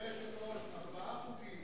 אדוני היושב-ראש, זה ארבעה חוקים,